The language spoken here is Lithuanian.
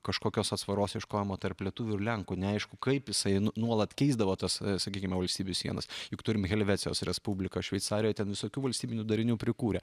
kažkokios atsvaros ieškojimo tarp lietuvių ir lenkų neaišku kaip jisai nu nuolat keisdavo tas sakykime valstybių sienas juk turim helvecijos respubliką šveicarijoj ten visokių valstybinių darinių prikūrę